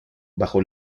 bajo